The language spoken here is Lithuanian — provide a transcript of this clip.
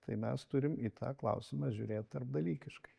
tai mes turim į tą klausimą žiūrėt tarpdalykiškai